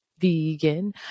vegan